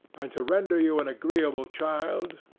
and to render you an agreeable child,